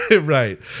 Right